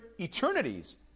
eternities